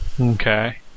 Okay